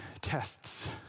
tests